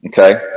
Okay